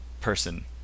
person